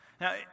Now